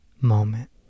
moment